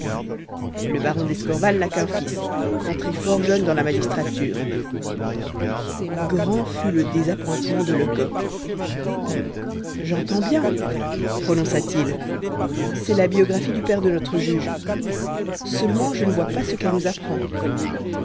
le baron d'escorval n'a qu'un fils entré fort jeune dans la magistrature grand fut le désappointement de lecoq j'entends bien prononça-t-il c'est la biographie du père de notre juge seulement je ne vois pas ce qu'elle nous apprend